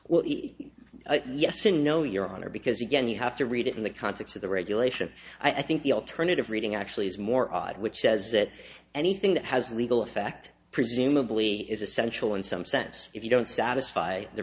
well yes in no your honor because again you have to read it in the context of the regulation i think the alternative reading actually is more odd which says that anything that has a legal effect presumably is essential in some sense if you don't satisfy the